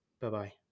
Bye-bye